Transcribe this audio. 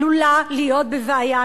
עלולה להיות בבעיה.